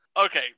Okay